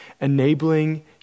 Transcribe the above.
enabling